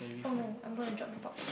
oh no I am going to drop the box